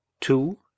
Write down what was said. two